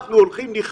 אנחנו הולכים לכבוש